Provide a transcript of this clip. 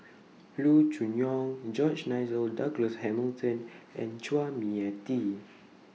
Loo Choon Yong George Nigel Douglas Hamilton and Chua Mia Tee